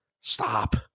Stop